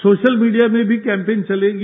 social media में भी campaign चलेगी